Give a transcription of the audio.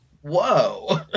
Whoa